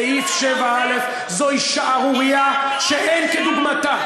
סעיף 7א. זוהי שערורייה שאין כדוגמתה.